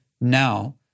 now